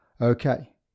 Okay